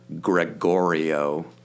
Gregorio